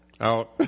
Out